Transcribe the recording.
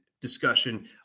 discussion